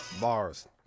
Bars